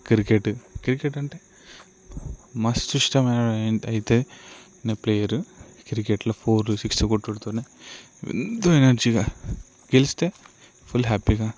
cricket cricket అంటే మస్తు ఇష్టం అయితే ప్లేయర్ క్రికెట్లో ఫోర్ సిక్స్ కొటడంతోనే ఎంతో ఎనర్జీగా గెలిస్తే ఫుల్ హ్యాపీగా